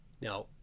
Now